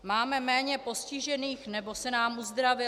Máme méně postižených, nebo se nám uzdravili?